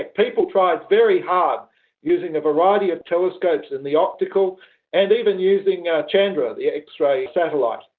like people tried very hard using a variety of telescopes in the optical and even using ah chandra, the x-ray satellite.